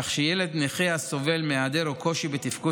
כך שילד נכה הסובל מהיעדר או קושי בתפקוד